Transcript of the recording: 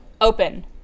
open